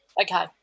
Okay